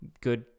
good